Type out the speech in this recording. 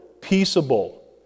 peaceable